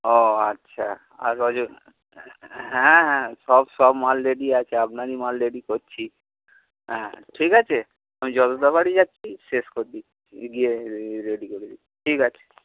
ও আচ্ছা আর রজো হ্যাঁ হ্যাঁ সব সব মাল রেডি আছে আপনারই মাল রেডি করছি হ্যাঁ ঠিক আছে আমি যতটা পারি যাচ্ছি শেষ করে দিচ্ছি দি গিয়ে রেডি করে দিচ্ছি ঠিক আছে